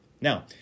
Now